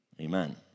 amen